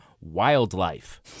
wildlife